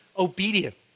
obedient